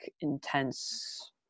intense